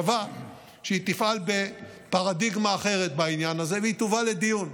קבעה שהיא תפעל בפרדיגמה אחרת בעניין הזה והיא תובא לדיון.